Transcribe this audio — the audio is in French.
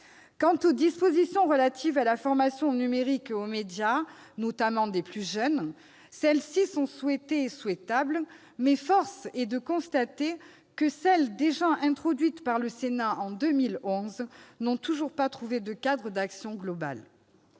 Quant aux dispositions relatives à la formation au numérique et aux médias, notamment des plus jeunes, elles sont souhaitées et souhaitables, mais force est de constater que celles qui ont déjà été introduites par le Sénat en 2011 n'ont toujours pas trouvé de cadre d'action global.